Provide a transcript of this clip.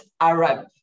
Arab